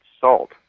salt